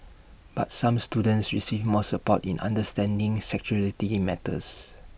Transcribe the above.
but some students receive more support in understanding sexuality matters